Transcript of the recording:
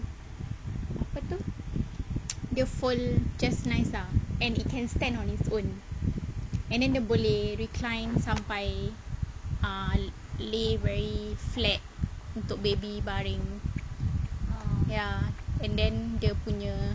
apa tu dia fold just nice ah and it can stand on its own and then dia boleh recline sampai ah lay very flat untuk baby baring ya and then dia punya